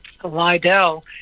Lydell